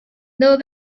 there